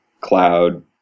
cloud